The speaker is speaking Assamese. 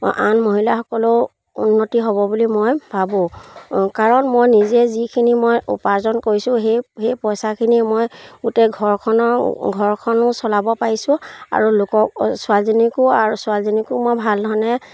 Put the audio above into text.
আন মহিলাসকলেও উন্নতি হ'ব বুলি মই ভাবোঁ কাৰণ মই নিজে যিখিনি মই উপাৰ্জন কৰিছোঁ সেই সেই পইচাখিনি মই গোটেই ঘৰখনৰ ঘৰখনো চলাব পাৰিছোঁ আৰু লোকক ছোৱালীজনীকো আৰু ছোৱালীজনীকো মই ভাল ধৰণে